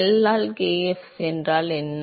L ஆல் kf A என்றால் என்ன